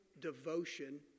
devotion